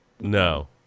No